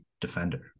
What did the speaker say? defender